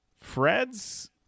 Fred's